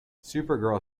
supergirl